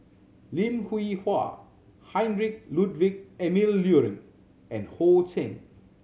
Lim Hwee Hua Heinrich Ludwig Emil Luering and Ho Ching